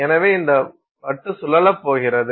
எனவே இந்த வட்டு சுழலப் போகிறது